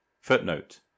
Footnote